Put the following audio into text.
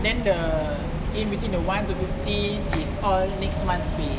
then the in between the one to fifteen is all next month pay